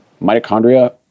Mitochondria